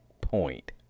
point